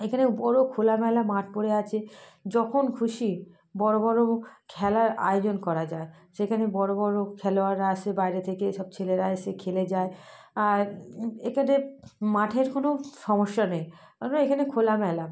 এখানে বড় খোলামেলা মাঠ পড়ে আছে যখন খুশি বড় বড় খেলার আয়োজন করা যায় সেখানে বড় বড় খেলোয়াড়রা আসে বাইরে থেকে সব ছেলেরা এসে খেলে যায় আর এখানে মাঠের কোনো সমস্যা নেই কেননা এখানে খোলামেলা